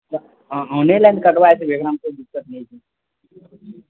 नहि लाइन कटबऽ एहिसँ भी ओकरामे कोइ दिक्कत नहि छै